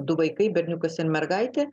du vaikai berniukus ir mergaitė